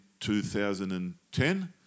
2010